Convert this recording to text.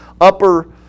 upper